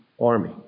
army